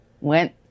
went